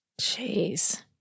Jeez